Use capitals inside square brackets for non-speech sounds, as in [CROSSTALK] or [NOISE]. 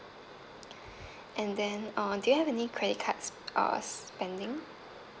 [BREATH] and then uh do you have any credit card sp~ uh spending